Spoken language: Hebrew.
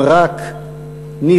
אם רק נרצה.